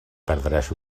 perdràs